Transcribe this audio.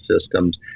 systems